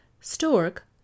stork